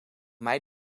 mij